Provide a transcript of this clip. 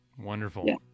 wonderful